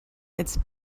its